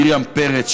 מרים פרץ,